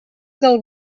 del